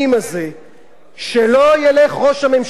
אבל שלא ילך ראש הממשלה אחר כך על בימות